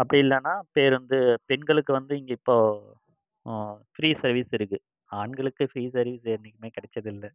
அப்படி இல்லைனா பேருந்து பெண்களுக்கு வந்து இங்கே இப்போது ஃப்ரீ சர்வீஸ் இருக்கு ஆண்களுக்கு ஃப்ரீ சர்வீஸ் என்றைக்குமே கெடைச்சதில்ல